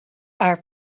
are